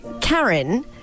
Karen